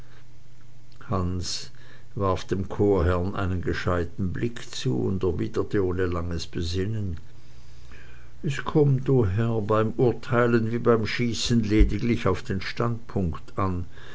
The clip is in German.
hans warf dem chorherrn einen gescheiten blick zu und erwiderte ohne langes besinnen es kommt o herr beim urteilen wie beim schießen lediglich auf den standpunkt an